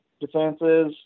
Defenses